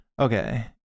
Okay